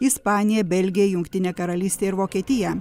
ispaniją belgiją jungtinę karalystę ir vokietiją